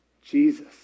Jesus